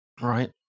Right